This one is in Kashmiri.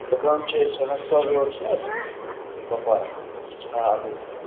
دُکان چھُ آسہِ یہِ ہسپَتال روڈ چھُنہٕ حظ کۅپوارا آ اَپٲری